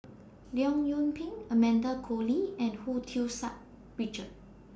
Leong Yoon Pin Amanda Koe Lee and Hu Tsu Sa Richard